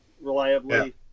reliably